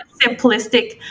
simplistic